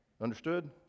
Understood